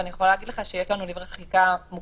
אני יכולה להגיד לך שיש לנו דברי חקיקה מוקדמים